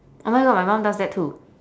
oh my god my mum does that too